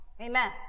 amen